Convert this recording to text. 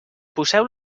poseu